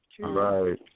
right